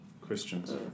Christians